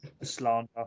Slander